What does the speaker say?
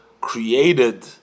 created